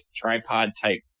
tripod-type